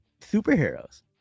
superheroes